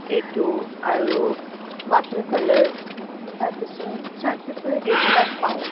এইটো আৰু water colour তাৰপিছত চাৰ্ট পেপাৰ এইবিলাক পাওঁ